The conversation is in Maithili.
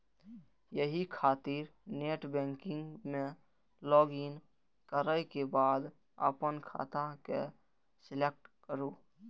एहि खातिर नेटबैंकिग मे लॉगइन करै के बाद अपन खाता के सेलेक्ट करू